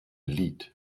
lied